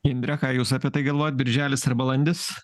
indre ką jūs apie tai galvojat birželis ar balandis